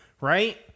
right